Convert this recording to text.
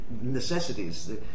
necessities